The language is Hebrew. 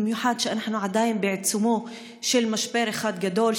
במיוחד שאנחנו עדיין בעיצומו של משבר אחד גדול,